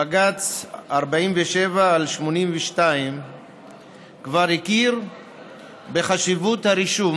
בג"ץ 47/82 כבר הכיר בחשיבות הרישום